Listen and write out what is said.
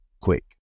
quick